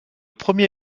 premier